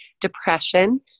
depression